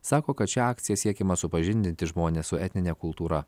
sako kad šia akcija siekiama supažindinti žmones su etnine kultūra